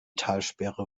talsperre